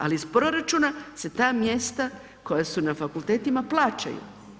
Ali iz proračuna se ta mjesta koja su na fakultetima plaćaju.